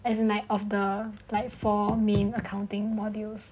as in like of the like four main accounting modules